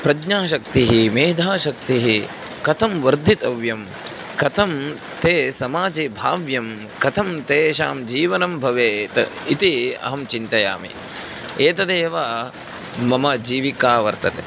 प्रज्ञाशक्तिः मेधाशक्तिः कथं वर्धितव्या कथं ते समाजे भाव्यं कथं तेषां जीवनं भवेत् इति अहं चिन्तयामि एतदेव मम जीविका वर्तते